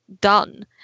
done